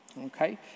Okay